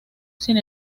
sin